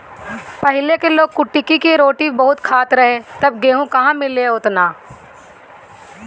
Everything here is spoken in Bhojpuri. पहिले के लोग कुटकी के रोटी बहुते खात रहे तब गेहूं कहां मिले ओतना